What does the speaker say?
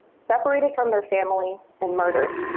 separated from their family, and murdered.